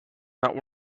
not